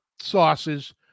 sauces